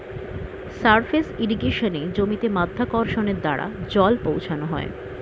surface ইর্রিগেশনে জমিতে মাধ্যাকর্ষণের দ্বারা জল পৌঁছানো হয়